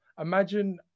imagine